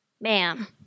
Ma'am